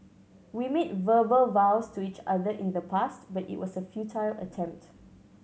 we made verbal vows to each other in the past but it was a futile attempt